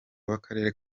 w’akarere